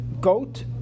goat